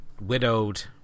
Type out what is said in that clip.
widowed